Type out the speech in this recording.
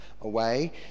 away